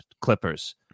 clippers